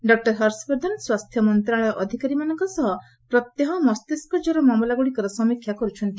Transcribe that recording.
doctor Harshvardhan ସ୍ୱାସ୍ଥ୍ୟ ମନ୍ତ୍ରଣାଳୟ ଅଧିକାରୀମାନଙ୍କ ସହ ପ୍ରତ୍ୟହ ମସ୍ତିଷ୍କ ଜ୍ୱର ମାମଲାଗ୍ରଡ଼ିକର ସମୀକ୍ଷା କର୍ତ୍ଥନ୍ତି